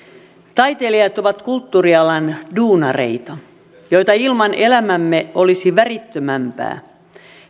taiteilijat ovat kulttuurialan duunareita joita ilman elämämme olisi värittömämpää